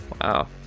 Wow